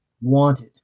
wanted